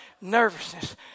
nervousness